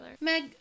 Meg